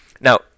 Now